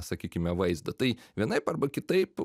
sakykime vaizdą tai vienaip arba kitaip